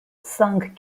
sung